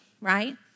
right